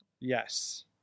Yes